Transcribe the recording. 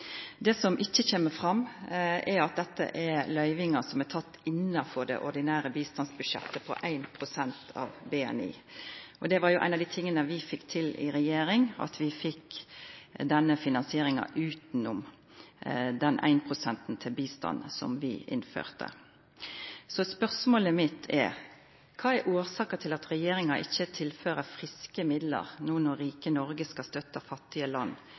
Det som ikkje kom fram, er at dette er løyvingar som er tekne innanfor det ordinære bistandsbudsjettet på 1 pst. av BNI. Det var ein av dei tinga vi fekk til i regjering – vi fekk denne finansieringa utanom den 1-prosenten til bistand som vi innførte. Spørsmålet mitt er: Kva er årsaka til at regjeringa ikkje tilfører friske midlar – no når rike Noreg skal støtta fattige land